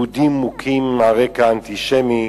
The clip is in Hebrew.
יהודים מוכים על רקע אנטישמי,